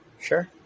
Sure